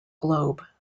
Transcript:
globe